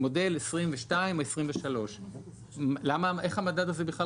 ממודל 2022 או 2023. איך המדד הזה בכלל רלוונטי?